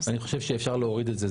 אני חושב שאפשר להוריד את זה.